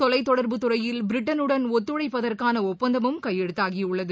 தொலைத்தொடர்புத் துறையில் பிரிட்டனுடன் ஒத்துழைப்பதற்கான ஒப்பந்தமும் கையெழுத்தாகி உள்ளது